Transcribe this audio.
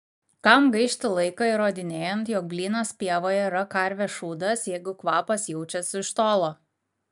kam gaišti laiką įrodinėjant jog blynas pievoje yra karvės šūdas jeigu kvapas jaučiasi iš tolo